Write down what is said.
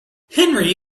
henry